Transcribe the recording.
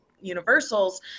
universals